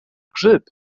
grzyb